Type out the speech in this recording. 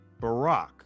Barack